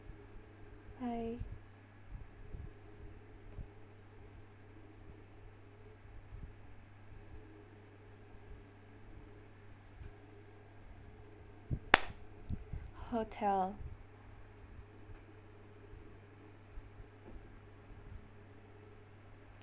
bye hotel